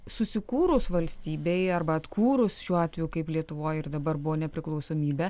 susikūrus valstybei arba atkūrus šiuo atveju kaip lietuvoj ir dabar buvo nepriklausomybę